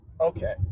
Okay